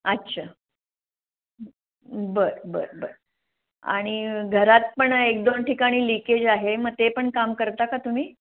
अच्छा बरं बरं बरं आणि घरात पण एक दोन ठिकाणी लिकेज आहे मग ते पण काम करता का तुम्ही